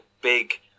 big